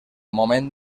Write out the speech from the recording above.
moment